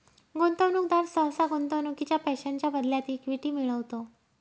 गुंतवणूकदार सहसा गुंतवणुकीच्या पैशांच्या बदल्यात इक्विटी मिळवतो